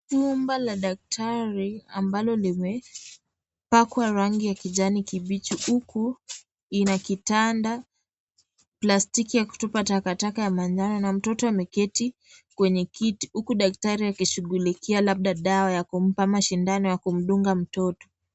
Nyumba la daktari, ambalo limepakwa rangi ya kijani kibichi huku, ina kitanda, plastiki ya kutupa takataka ya manjano na mtoto ameketi kwenye kiti, huku daktari akishughulikia labda dawa ya kumpa au sindano ya kumdunga mtoto.